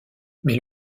mais